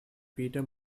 peter